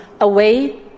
away